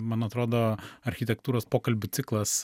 man atrodo architektūros pokalbių ciklas